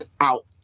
out